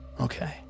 Okay